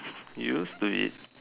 you used to eat